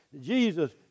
Jesus